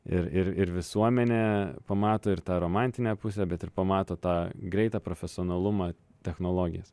ir ir ir visuomenė pamato ir tą romantinę pusę bet ir pamato tą greitą profesionalumą technologijas